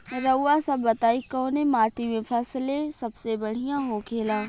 रउआ सभ बताई कवने माटी में फसले सबसे बढ़ियां होखेला?